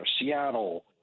Seattle